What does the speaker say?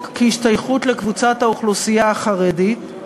"השתייכות לקבוצת האוכלוסייה החרדית,